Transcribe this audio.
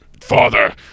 Father